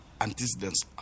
antecedents